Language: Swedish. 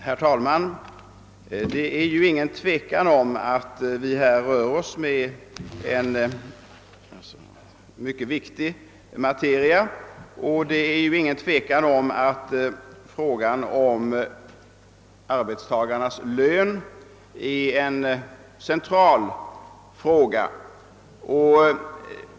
Herr talman! Det är inget tvivel om att vi här rör oss med en mycket viktig materia, och det är heller inget tvivel om att frågan om arbetstagarnas lön är en central fråga.